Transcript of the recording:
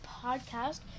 podcast